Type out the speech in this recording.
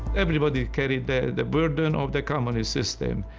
everybody carried the burden of the communist system.